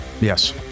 Yes